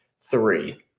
three